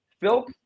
Phil